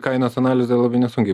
kainos analizę labai nesunkiai